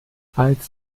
als